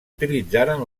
utilitzaren